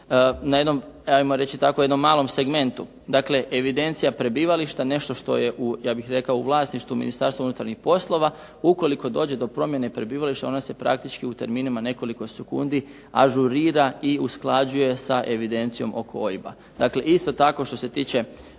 napredak se čini na jednom malom segmentu, dakle evidencija prebivališta, nešto što je ja bih rekao u vlasništvu Ministarstva unutarnjih poslova. Ukoliko dođe do promjene prebivališta ona se praktički u terminima nekoliko sekundi ažurira i usklađuje sa evidencijom oko OIB-a. Dakle, isto tako što se tiče